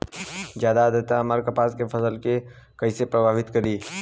ज्यादा आद्रता हमार कपास के फसल कि कइसे प्रभावित करी?